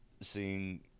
seeing